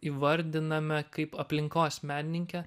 įvardiname kaip aplinkos menininkę